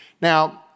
Now